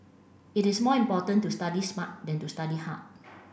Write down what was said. it is more important to study smart than to study hard